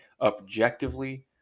objectively